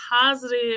positive